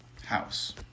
House